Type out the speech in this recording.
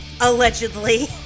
Allegedly